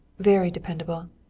very dependable.